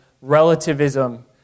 relativism